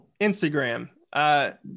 Instagram